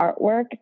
artwork